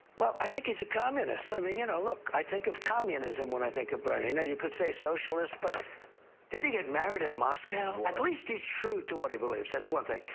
well, i think he's a communist. i mean, you know look, i think of communism when i think of bernie. now, you could say socialist, but didn't he get married in moscow? warren. at least he's true to what he believes. that's one thing.